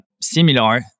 similar